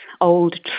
old